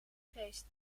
feest